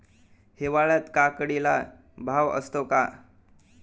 हिवाळ्यात काकडीला भाव असतो का?